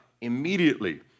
Immediately